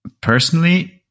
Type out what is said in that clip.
personally